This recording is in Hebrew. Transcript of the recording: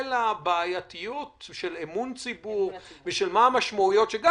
כולל הבעייתיות של אמון ציבור, וגם המשמעויות שלו.